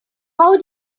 how